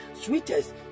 sweetest